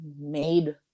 made